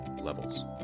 levels